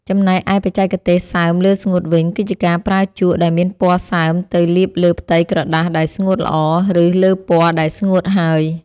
ចំណែកឯបច្ចេកទេសសើមលើស្ងួតវិញគឺជាការប្រើជក់ដែលមានពណ៌សើមទៅលាបលើផ្ទៃក្រដាសដែលស្ងួតល្អ ឬ លើពណ៌ដែលស្ងួតហើយ។